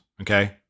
Okay